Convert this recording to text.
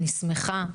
אני שמחה,